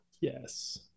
Yes